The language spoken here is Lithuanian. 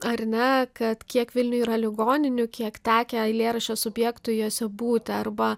ar ne kad kiek vilniuj yra ligoninių kiek tekę eilėraščio subjektui jose būti arba